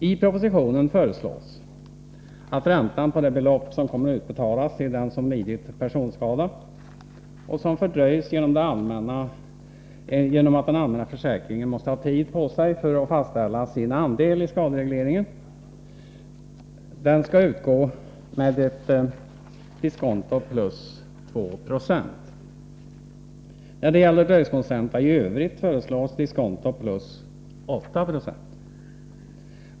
I propositionen föreslås att ränta på det belopp som kommer att utbetalas till den som lidit personskada, och som fördröjs genom att den allmänna försäkringen måste ha tid på sig för att fastställa sin andel i skaderegleringen, skall utgå med diskonto plus 2 26. När det gäller dröjsmålsränta i övrigt föreslås diskonto plus 8 70.